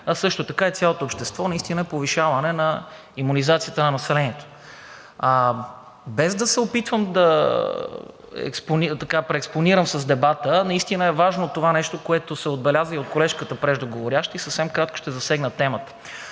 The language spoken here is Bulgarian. а също така и цялото общество – повишаване на имунизацията на населението. Без да се опитвам да преекспонирам с дебата, наистина е важно това нещо, което се отбеляза от колежката, преждеговорящата, и съвсем кратко ще засегна темата